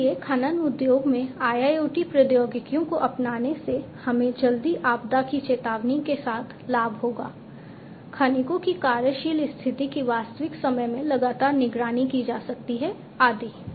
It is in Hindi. इसलिए खनन उद्योग में IIoT प्रौद्योगिकियों को अपनाने से हमें जल्दी आपदा की चेतावनी के साथ लाभ होगा खनिकों की कार्यशील स्थिति की वास्तविक समय में लगातार निगरानी की जा सकती है आदि